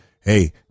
hey